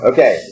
Okay